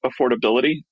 affordability